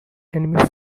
enemy